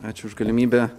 ačiū už galimybę